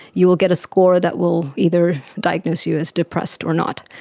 you will get a score that will either diagnose you as depressed or not.